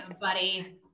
buddy